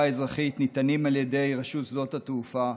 אזרחית ניתנים על ידי רשות שדות התעופה.